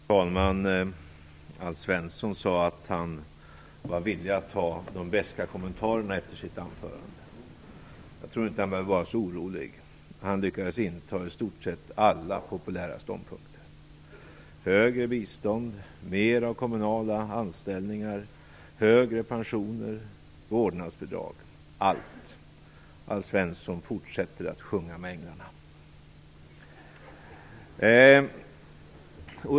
Fru talman! Alf Svensson sade att han villig att ta de beska kommentarerna efter sitt anförande. Jag tror inte att han behöver vara så orolig - han lyckades inta i stort sett alla populära ståndpunkter: högre bistånd, mer av kommunala anställningar, högre pensioner, vårdnadsbidrag, allt. Alf Svensson fortsätter att sjunga med änglarna.